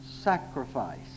sacrifice